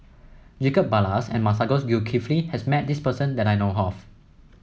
Jacob Ballas and Masagos Zulkifli has met this person that I know of